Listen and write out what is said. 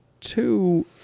Two